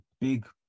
big